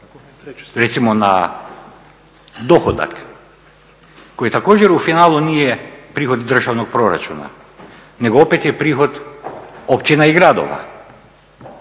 recimo na dohodak koji također u finalu nije prihod državnog proračuna nego opet je prihod općina i gradova